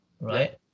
right